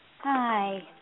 Hi